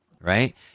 right